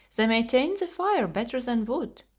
they maintain the fire better than wood.